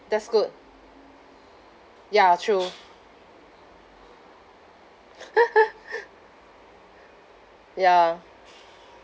that's good ya true ya